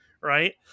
Right